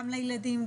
גם לילדים,